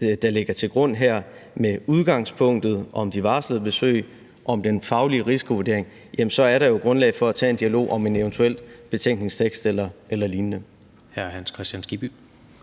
der ligger til grund her, med udgangspunkt i de varslede besøg og den faglige risikovurdering, så er der jo grundlag for at tage en dialog om en eventuel betænkningstekst eller lignende. Kl. 19:31 Tredje